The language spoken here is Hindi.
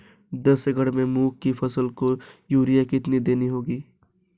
दस एकड़ में मूंग की फसल को यूरिया कितनी देनी होगी?